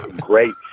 Great